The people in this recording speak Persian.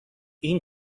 این